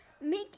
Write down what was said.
make